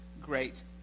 great